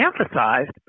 emphasized